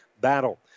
battle